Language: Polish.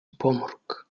pomruk